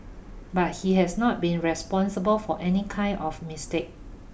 but he has not been responsible for any kind of mistake